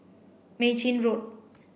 Mei Chin Road